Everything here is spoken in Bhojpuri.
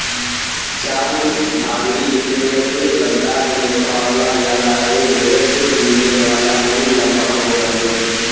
चांगथांगी भेड़ के लद्दाख में पावला जाला ए भेड़ से मिलेवाला ऊन लमहर होत हउवे